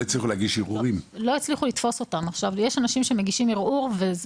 לא הצליחו להגיש ערעורים.